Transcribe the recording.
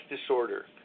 disorder